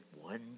one